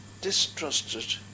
distrusted